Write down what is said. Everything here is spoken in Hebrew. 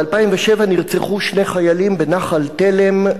ב-2007 נרצחו שני חיילים בנחל-תלם,